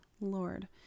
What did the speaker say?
Lord